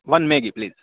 one Maggi please